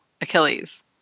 Achilles